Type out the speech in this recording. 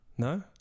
No